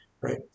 right